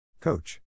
Coach